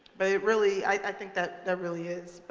but it really i think that that really is, but